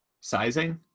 sizing